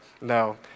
no